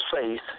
faith